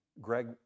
Greg